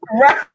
Right